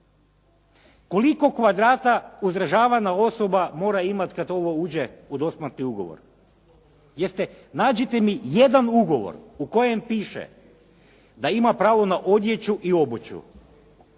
Koliko kvadrata uzdržavana osoba mora imati kada ovo uđe u dosmrtni ugovor. Jeste, nađite mi jedan ugovor u kojem piše da ima pravo na odjeću i obuću.